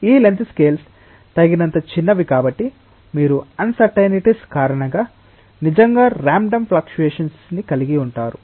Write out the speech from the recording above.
ఈ length scales తగినంత చిన్నవి కాబట్టి మీరు అన్సర్టైనిటిస్ కారణంగా నిజంగా ర్యాండమ్ ఫ్లక్షుయేషన్స్ కలిగి ఉంటారు